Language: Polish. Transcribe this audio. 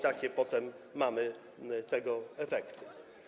Takie potem mamy tego efekty.